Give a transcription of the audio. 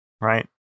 right